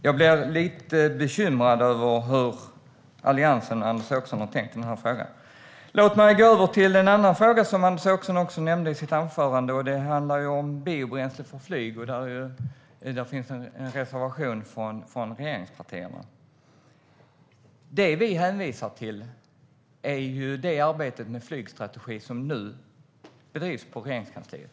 Jag blir lite bekymrad över hur Alliansen och Anders Åkesson har tänkt i frågan. Låt mig gå över till en annan fråga som Anders Åkesson också nämnde i sitt anförande, nämligen biobränsle för flyg. Där finns en reservation från regeringspartierna. Vi hänvisar till det arbete med flygstrategi som nu bedrivs på Regeringskansliet.